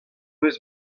eus